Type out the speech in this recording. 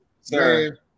Sir